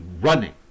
running